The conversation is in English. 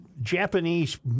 japanese